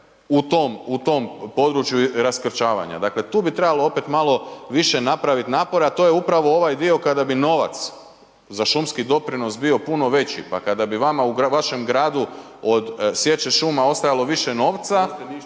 u tom području raskrčavanja, dakle tu bi trebalo opet malo više napraviti napora a to je upravo ovaj dio kada bi novac za šumski doprinos bio puno veći pa kad bi vama u vašem gradu od sječe šuma ostajalo više novca,